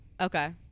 Okay